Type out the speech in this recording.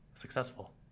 successful